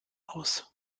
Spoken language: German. aus